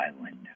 Island